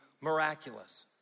miraculous